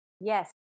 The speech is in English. Yes